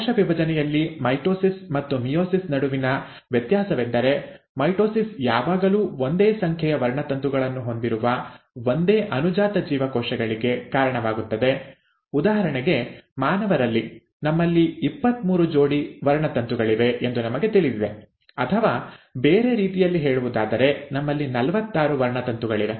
ಕೋಶ ವಿಭಜನೆಯಲ್ಲಿ ಮೈಟೊಸಿಸ್ ಮತ್ತು ಮಿಯೋಸಿಸ್ ನಡುವಿನ ವ್ಯತ್ಯಾಸವೆಂದರೆ ಮೈಟೊಸಿಸ್ ಯಾವಾಗಲೂ ಒಂದೇ ಸಂಖ್ಯೆಯ ವರ್ಣತಂತುಗಳನ್ನು ಹೊಂದಿರುವ ಒಂದೇ ಅನುಜಾತ ಜೀವಕೋಶಗಳಿಗೆ ಕಾರಣವಾಗುತ್ತದೆ ಉದಾಹರಣೆಗೆ ಮಾನವರಲ್ಲಿ ನಮ್ಮಲ್ಲಿ ಇಪ್ಪತ್ಮೂರು ಜೋಡಿ ವರ್ಣತಂತುಗಳಿವೆ ಎಂದು ನಮಗೆ ತಿಳಿದಿದೆ ಅಥವಾ ಬೇರೆ ರೀತಿಯಲ್ಲಿ ಹೇಳುವುದಾದರೆ ನಮ್ಮಲ್ಲಿ ನಲವತ್ತಾರು ವರ್ಣತಂತುಗಳಿವೆ